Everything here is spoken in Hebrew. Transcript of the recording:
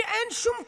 שאין שום קשר.